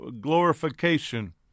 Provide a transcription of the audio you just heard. glorification